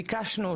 ביקשנו אותו.